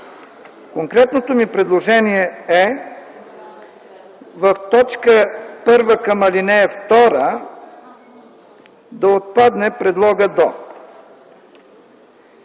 Конкретното ми предложение е: в т. 1 към ал. 2 да отпадне предлогът „до”.